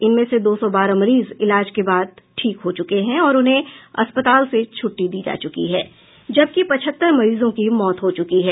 इनमें से दो सौ बारह मरीज इलाज के बाद ठीक हो चुके हैं और उन्हें अस्पताल से छुट्टी दी जा चुकी है जबकि पचहत्तर मरीजों की मौत हो चुकी है